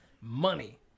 money